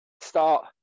start